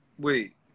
Wait